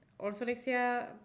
orthorexia